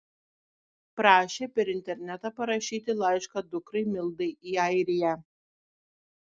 prašė per internetą parašyti laišką dukrai mildai į airiją